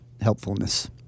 helpfulness